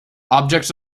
objects